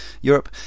Europe